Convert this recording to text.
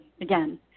again